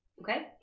Okay